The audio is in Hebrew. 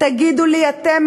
תגידו לי אתם,